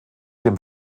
dem